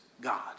God